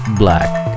Black